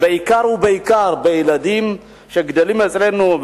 בעיקר בילדים שגדלים אצלנו,